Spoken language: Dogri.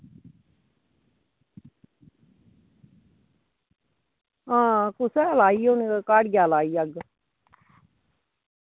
आं कुसै लाई होनी घाड़ियै लाई अग्ग